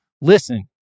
listen